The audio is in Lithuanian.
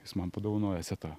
jis man padovanojo setą